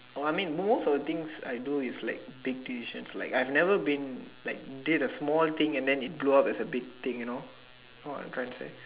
oh I mean most of the things I do is like big decisions like I have never been like did a small thing and then it blew up as a big thing you know you know what I'm trying to say